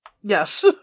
Yes